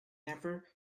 never